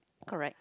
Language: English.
correct